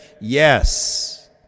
Yes